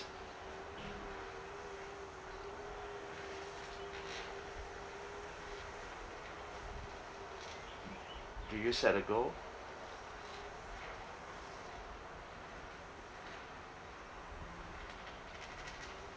do you set a goal